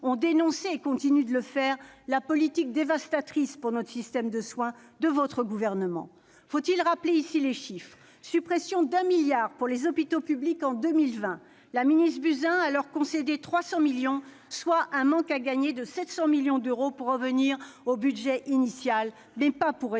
ont dénoncé, et continuent de le faire, la politique dévastatrice pour notre système de soins que mène votre gouvernement. Faut-il rappeler les chiffres et la suppression de 1 milliard d'euros pour les hôpitaux publics en 2020 ? La ministre Mme Agnès Buzyn leur a concédé 300 millions d'euros, soit un manque à gagner de 700 millions d'euros pour revenir au budget initial, mais pas pour résoudre